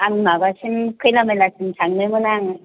आं माबासिम खैला मैलासिम थांनोमोन आं